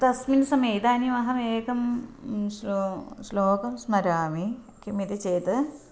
तस्मिन् समये इदानीमहमेकं श्लोकं स्मरामि किम् इति चेत्